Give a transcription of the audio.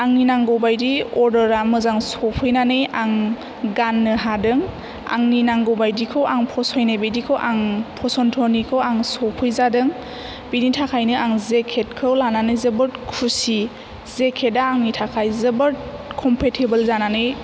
आंनि नांगौ बायदि अर्दारा मोजां सफैनानै आं गाननो हादों आंनि नांगौ बादिखौ आं फसायनाय बादिखौ आं फसन्थ'निखौ आं सफैजादों बिनि थाखायनो आं जेकेटखौ लानानै जोबोथ खुसि जेखेदा आंनि थाखाय जोबोद खमफेथेबल जानानै